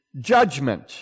judgment